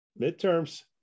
midterms